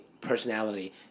personality